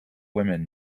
women